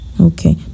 Okay